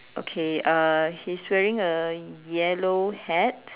okay uh he's wearing a yellow hat